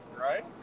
Right